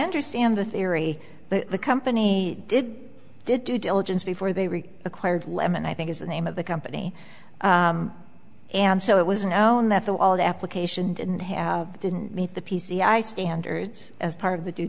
understand the theory that the company did did due diligence before they were acquired lemon i think is the name of the company and so it was known that the all the application didn't have didn't meet the p c i standards as part of the due